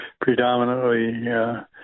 predominantly